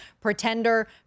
Pretender